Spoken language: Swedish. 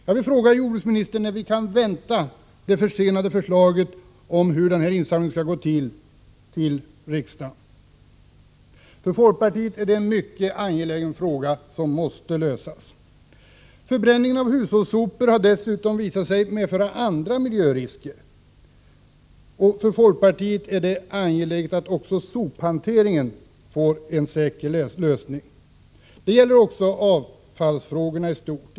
Jag vill fråga jordbruksministern när vi kan vänta det försenade förslaget till riksdagen om hur denna insamling skall gå till. För folkpartiet är detta en mycket angelägen fråga som måste lösas. Förbränningen av hushållssopor har dessutom visat sig medföra andra miljörisker. För folkpartiet är det också angeläget att även sophanteringen får en säker lösning. Detta gäller också avfallsfrågorna i stort.